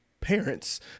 parents